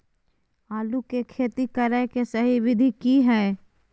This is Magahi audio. आलू के खेती करें के सही विधि की हय?